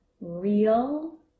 real